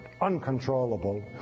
uncontrollable